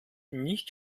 nicht